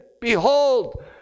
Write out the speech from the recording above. behold